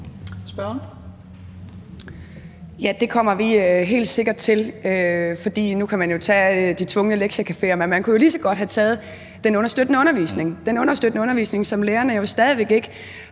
(KF): Ja, det kommer vi helt sikkert til, for nu kan jo man tage de tvungne lektiecaféer, men man kunne jo lige så godt have taget den understøttende undervisning – den understøttende undervisning, som lærerne jo stadig væk ikke